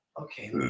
okay